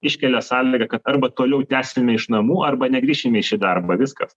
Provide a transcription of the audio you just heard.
iškelia sąlygą kad arba toliau tęsime iš namų arba negrįšime į šį darbą viskas